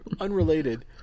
unrelated